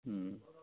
उम्